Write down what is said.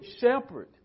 shepherd